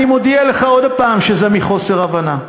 אני מודיע לך עוד הפעם שזה מחוֹסר הבנה.